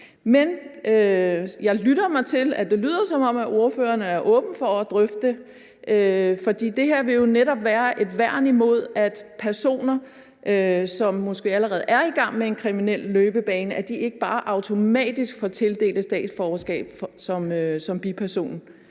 Men jeg lytter mig til, at ordføreren er åben over for at drøfte det, for det her vil jo netop være et værn imod, at personer, som måske allerede er i gang med en kriminel løbebane, ikke bare automatisk får tildelt et statsborgerskab som biperson.